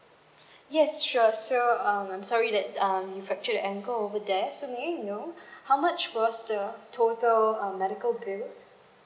yes sure so um I'm sorry that um you fracture your ankle go over there so may I know how much was the total um medical bills